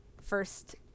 first